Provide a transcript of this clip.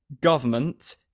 government